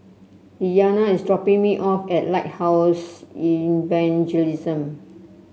Lilyana is dropping me off at Lighthouse Evangelism